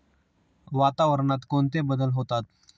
वातावरणात कोणते बदल होतात?